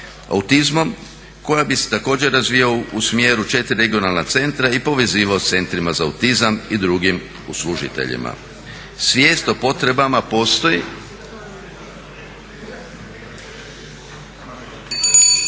autizmom koji bi se također razvijao u smjeru 4 regionalna centra i povezivao s centrima za autizam i drugim uslužiteljima. Svijest o potrebama postoji,